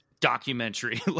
documentary